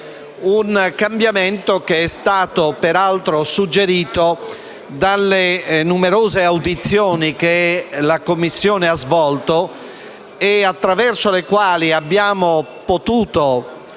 un cambiamento che è stato suggerito dalle numerose audizioni che la Commissione ha svolto, attraverso le quali abbiamo potuto